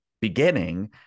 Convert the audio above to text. beginning